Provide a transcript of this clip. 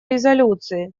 резолюции